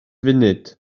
funud